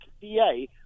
DA